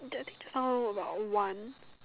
that thing sound about one